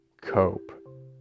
cope